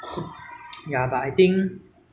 now relax first lah then see whether I